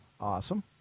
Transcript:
Awesome